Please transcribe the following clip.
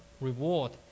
reward